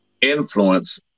influence